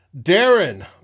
Darren